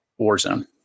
Warzone